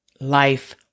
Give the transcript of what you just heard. life